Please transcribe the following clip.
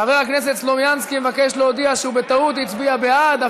חבר הכנסת סלומינסקי מבקש להודיע שבטעות הוא הצביע בעד,